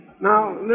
Now